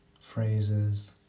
phrases